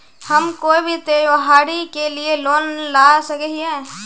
हम कोई भी त्योहारी के लिए लोन ला सके हिये?